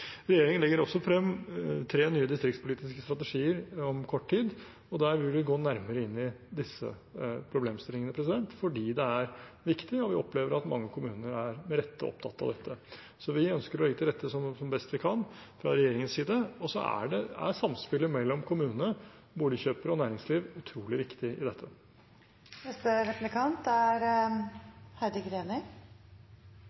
Regjeringen legger frem tre nye distriktspolitiske strategier om kort tid, og der vil vi gå nærmere inn i disse problemstillingene – fordi det er viktig. Vi opplever at mange kommuner – med rette – er opptatt av dette. Vi ønsker å legge til rette som best vi kan fra regjeringens side, og så er samspillet mellom kommunene, boligkjøpere og næringsliv utrolig viktig i dette.